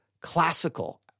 classical